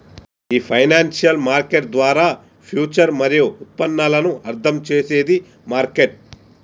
ఈ financial market ద్వారా future మరియు ఉత్పన్నాలను అర్థం చేసేది మార్కెట్